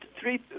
three